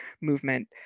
movement